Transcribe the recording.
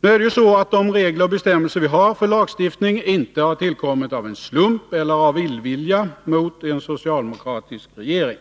När det gäller lagstiftningen är det ju så att de regler och bestämmelser som finns inte har tillkommit av en slump eller av illvilja gentemot en socialdemokratisk regering.